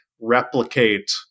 replicate